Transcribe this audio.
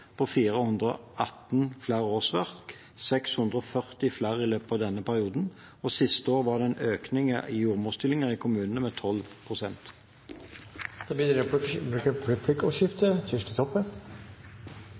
på 418 flere årsverk – 640 flere i løpet av denne perioden – og at siste år var det en økning i antall jordmorstillinger i kommunene på 12 pst. Det blir replikkordskifte.